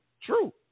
True